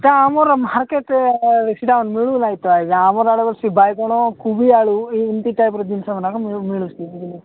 sir ଆମର ମାର୍କେଟ୍ରେ ସେଟା ମିଳୁନାହିଁ ତ ଆଜ୍ଞା ଆମର ଆଳୁ ସେ ବାଇଗଣ କୋବି ଆଳୁ ଏମିତି ଟାଇପର ଜିନିଷ ମିଳୁଛି